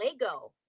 Lego